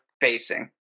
facing